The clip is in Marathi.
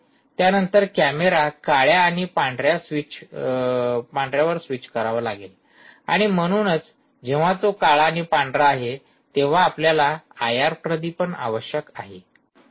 त्यानंतर कॅमेरा काळ्या आणि पांढऱ्यावर स्विच करावा लागेल आणि म्हणूनच जेव्हा तो काळा आणि पांढरा आहे तेव्हा आपल्याला आयआर प्रदीपन आवश्यक आहे